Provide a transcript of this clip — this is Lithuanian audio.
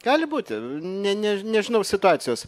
gali būti ne ne nežinau situacijos